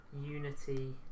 unity